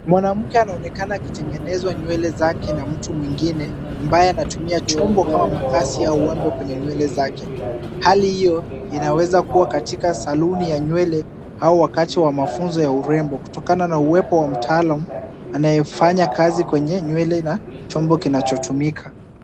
Mwanamke anaonekana akitengenezwa nywele zake na mtu mwingine ambaye anatumia chombo kama makasi au wembe kwenye nywele zake. Hali hio inaweza kuwa katika saluni ya nywele au wakati wa mafunzo ya urembo kutokana na uwepo wa mtalaam anayefanya kazi kwenye nywele na chombo kinachotumika.